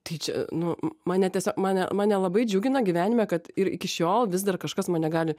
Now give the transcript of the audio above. tai čia nu mane tiesiog mane mane labai džiugina gyvenime kad ir iki šiol vis dar kažkas mane gali